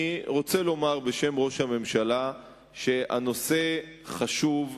אני רוצה לומר בשם ראש הממשלה שהנושא חשוב מאוד,